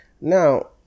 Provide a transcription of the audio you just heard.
Now